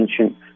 ancient